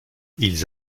ils